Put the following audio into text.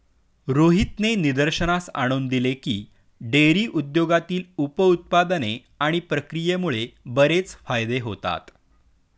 रोहितने निदर्शनास आणून दिले की, डेअरी उद्योगातील उप उत्पादने आणि प्रक्रियेमुळे बरेच फायदे होतात